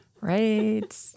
Right